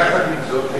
יחד עם זאת,